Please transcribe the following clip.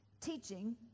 Teaching